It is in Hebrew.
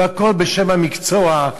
והכול בשם המקצוע,